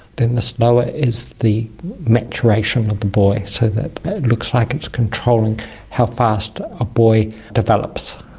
then the slower is the maturation of the boy, so that it looks like it's controlling how fast a boy develops.